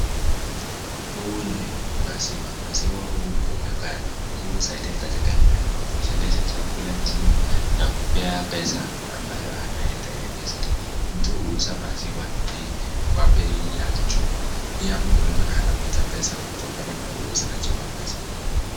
Huu ni maziwa. Maziwa huu humekandwa ili kusaidia katika kutosheleza chakula nchini na kupea pesa ambayo anayetengeneza. Mtu huuza maziwa ti kwa bei ya juu. Pia mkulima anapata pesa kutokana na uuzaji wa maziwa huu.